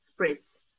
spritz